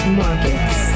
markets